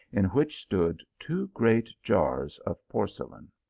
in which stood two great jars of porcelain.